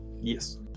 Yes